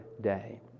day